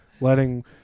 letting